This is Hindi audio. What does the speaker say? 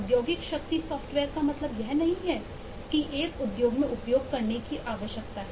औद्योगिक शक्ति सॉफ्टवेयर का मतलब यह नहीं है कि एक उद्योग में उपयोग करने की आवश्यकता है